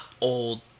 old